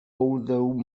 although